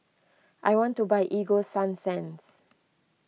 I want to buy Ego Sunsense